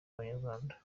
abanyarwanda